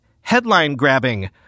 headline-grabbing